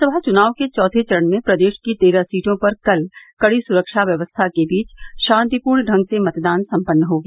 लोकसभा चुनाव के चौथे चरण में प्रदेश की तेरह सीटों पर कल कड़ी सुरक्षा व्यवस्था के बीच शांतिपूर्ण ढंग से मतदान सम्पन्न हो गया